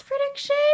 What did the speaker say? prediction